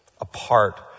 apart